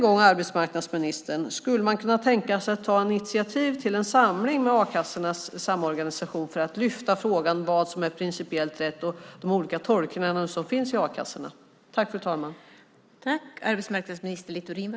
Jag frågar än en gång: Är det tänkbart att ta initiativ till en samling med Arbetslöshetskassornas Samorganisation för att lyfta upp frågan om vad som är principiellt rätt i fråga om de olika tolkningarna som finns i a-kassorna?